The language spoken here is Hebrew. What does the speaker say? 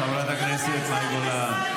התחלת אצל --- חברת הכנסת מאי גולן,